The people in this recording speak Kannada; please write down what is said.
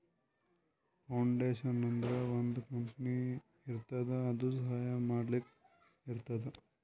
ಫೌಂಡೇಶನ್ ಅಂದುರ್ ಒಂದ್ ಕಂಪನಿ ಇರ್ತುದ್ ಅದು ಸಹಾಯ ಮಾಡ್ಲಕ್ ಇರ್ತುದ್